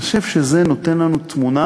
אני חושב שזה נותן לנו תמונה